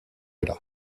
era